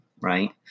right